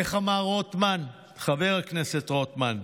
איך אמר חבר הכנסת רוטמן?